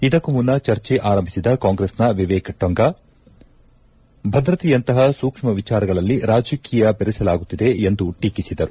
ಇದಕ್ಕೂ ಮುನ್ನ ಚರ್ಚೆ ಆರಂಭಿಸಿದ ಕಾಂಗ್ರೆಸ್ನ ವಿವೇಕ್ ಟಂಕಾ ಭದ್ರತೆಯಂತಹ ಸೂಕ್ಷ್ಮ ವಿಚಾರಗಳಲ್ಲಿ ರಾಜಕೀಯ ಬೆರೆಸಲಾಗುತ್ತಿದೆ ಎಂದು ಟೀಕಿಸಿದರು